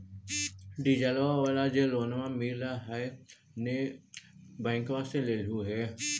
डिजलवा वाला जे लोनवा मिल है नै बैंकवा से लेलहो हे?